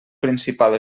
principal